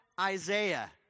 Isaiah